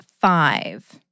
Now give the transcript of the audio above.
five